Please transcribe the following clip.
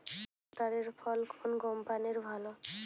রোটারের ফল কোন কম্পানির ভালো?